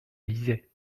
lisais